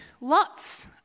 lots